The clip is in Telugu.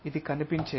ఇది కనిపించేది